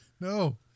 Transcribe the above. No